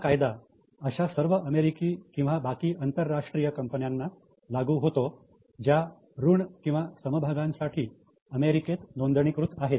हा कायदा अशा सर्व अमेरिकी किंवा बाकी अंतर्राष्ट्रीय कंपन्यांना लागू होतो ज्या ऋण किंवा समभागांसाठी अमेरिकेत नोंदणीकृत आहेत